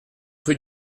rue